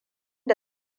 da